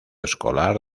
escolar